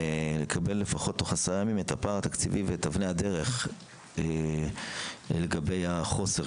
ולקבל לפחות בתוך עשרה ימים את הפער התקציבי ואת אבני הדרך לגבי החוסר